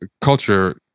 culture